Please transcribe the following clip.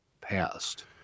passed